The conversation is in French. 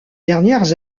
dernières